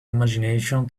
imagination